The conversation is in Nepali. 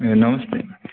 ए नमस्ते